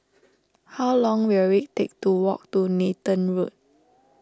how long will it take to walk to Nathan Road